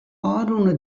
ôfrûne